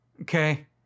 Okay